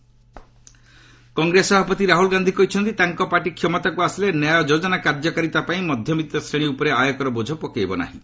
Gujarat campaign Rahul Congress ସଭାପତି ରାହୁଲ ଗାନ୍ଧି କହିଛନ୍ତି ତାଙ୍କ ପାର୍ଟି କ୍ଷମତାକୁ ଆସିଲେ ନ୍ୟାୟ ଯୋଜନା କାର୍ଯ୍ୟକାରିତା ପାଇଁ ମଧ୍ୟବିତ୍ତ ଶ୍ରେଣୀ ଉପରେ ଆୟକର ବୋଝ ପକାଇବ ନାହିଁ